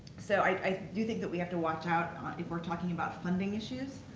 so i do think that we have to watch out if we're talking about funding issues,